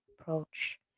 approach